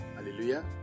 Hallelujah